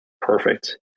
perfect